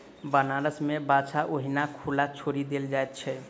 बनारस मे बाछा ओहिना खुला छोड़ि देल जाइत छै